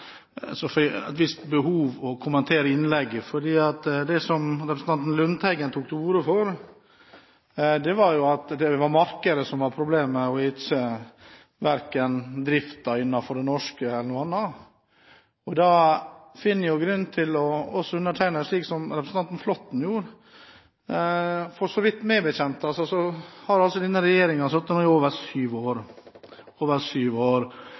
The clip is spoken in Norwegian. jeg et visst behov for å kommentere innlegget. Det representanten Lundteigen tok til orde for, var at det var markedet som var problemet, ikke driften innenfor det norske skogbruket eller noe annet. Da finner undertegnede grunn til, slik representanten Flåtten gjorde, å bemerke at denne regjeringen nå har sittet i over syv år – over syv år.